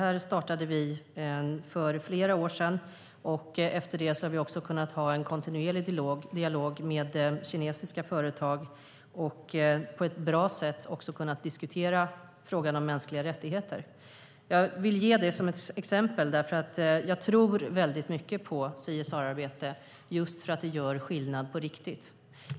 Vi startade detta för flera år sedan, och därefter har vi kunnat ha en kontinuerlig dialog med kinesiska företag och också kunnat diskutera frågan om mänskliga rättigheter på ett bra sätt. Jag vill ge det som ett exempel eftersom jag tror väldigt mycket på CSR-arbete, just därför att det gör skillnad på riktigt.